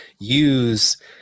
use